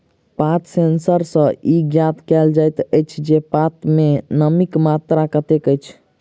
पात सेंसर सॅ ई ज्ञात कयल जाइत अछि जे पात मे नमीक मात्रा कतेक अछि